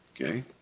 Okay